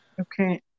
okay